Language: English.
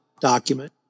document